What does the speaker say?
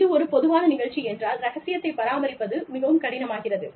இது ஒரு பொதுவான நிகழ்ச்சி என்றால் ரகசியத்தைப் பராமரிப்பது மிகவும் கடினமாகிறது